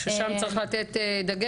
ששם צריך דגש.